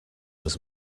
was